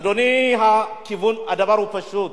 אדוני, הדבר הוא פשוט.